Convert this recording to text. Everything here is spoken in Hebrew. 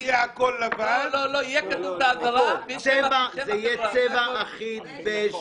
זה יהיה צבע אחיד.